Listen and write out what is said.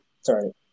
Sorry